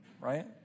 right